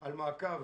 על מעקב